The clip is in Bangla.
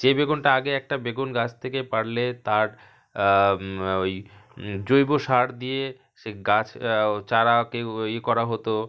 যে বেগুনটা আগে একটা বেগুন গাছ থেকে পাড়লে তার ওই জৈব সার দিয়ে সে গাছ চারাকে ওই করা হতো